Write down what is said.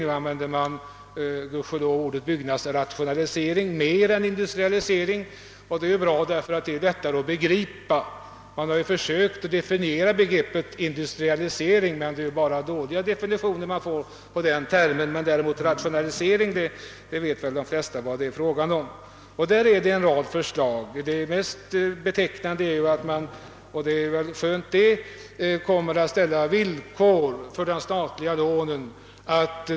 Nu använder man ordet byggnadsrationalisering mer än byggnadsindustrialisering, och det är bra — det är lättare att begripa. Man har försökt definiera begreppet industrialisering och bara lyckats åstadkomma dåliga definitioner, medan däremot de flesta redan vet vad termen rationalisering betyder. När det gäller byggnadsrationaliseringen föreligger en rad förslag. Det mest betecknande är att man kommer att ställa villkor för de statliga lånen — och det är ju tacknämligt.